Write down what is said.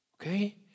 okay